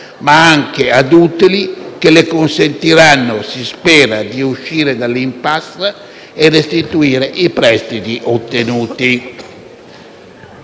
ma anche ad utili che le consentiranno di uscire dall'*impasse* e restituire i prestiti ottenuti.